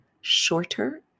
shorter